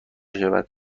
میشود